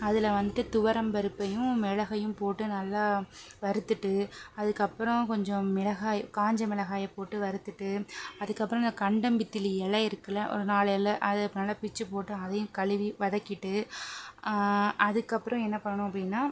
அதில் வந்துவிட்டு துவரம்பருப்பையும் மிளகையும் போட்டு நல்லா வறுத்துவிட்டு அதுக்கப்புறம் கொஞ்சம் மிளகாய் காஞ்ச மிளகாயை போட்டு வறுத்துவிட்டு அதுக்கப்புறம் இந்த கண்டபித்திலி இலை இருக்குல ஒரு நாலு இலை அதை நல்லா பிச்சு போட்டு அதையும் கழுவி வதக்கிவிட்டு அதுக்கப்புறம் என்ன பண்ணனும் அப்படின்னா